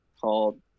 called